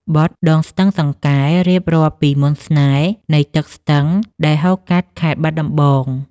បទ «ដងស្ទឹងសង្កែ» រៀបរាប់ពីមន្តស្នេហ៍នៃទឹកស្ទឹងដែលហូរកាត់ខេត្តបាត់ដំបង។